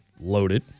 Loaded